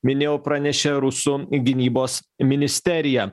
minėjau pranešė rusų gynybos ministerija